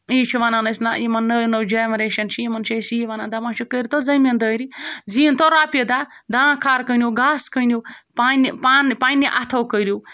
یی چھِ وَنان أسۍ نہ یِمَن نٔو نٔو جَنریشَن چھِ یِمَن چھِ أسۍ یی وَنان دَپان چھِکھ کٔرۍتو زٔمیٖندٲری زیٖنۍتو رۄپیہِ دَہ دان کھار کٕنِو گاسہٕ کٕنِو پنٛںہِ پانہٕ پنٛنہِ اَتھو کٔرِو